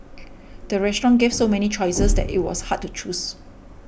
the restaurant gave so many choices that it was hard to choose